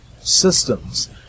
systems